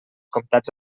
comptats